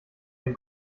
den